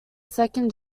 second